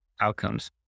outcomes